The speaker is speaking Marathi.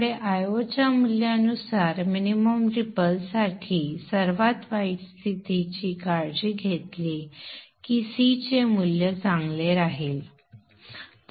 त्यामुळे Io च्या मूल्यानुसार मिनिमम रिपल साठी सर्वात वाईट स्थितीची काळजी घेतली की C चे मूल्य चांगले राहील